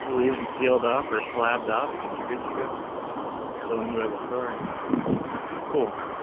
leave them sealed up or slabbed up and you're good to go still enjoy the story cool